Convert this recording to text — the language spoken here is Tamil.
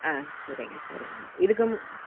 ஆ சரிங்க சரிங்க இதுக்கு மு